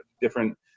different